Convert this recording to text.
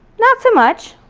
not so much.